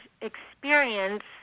experience